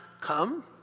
come